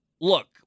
look